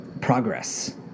progress